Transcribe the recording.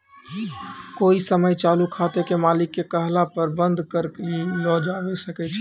कोइ समय चालू खाते के मालिक के कहला पर बन्द कर लो जावै सकै छै